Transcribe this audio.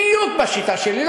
בדיוק בשיטה שלי.